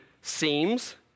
seems